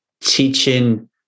teaching